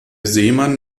seemann